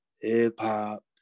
hip-hop